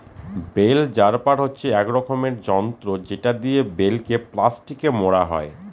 bell wrapper হচ্ছে এক রকমের যন্ত্র যেটা দিয়ে বেল কে প্লাস্টিকে মোড়া হয়